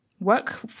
work